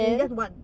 and that's one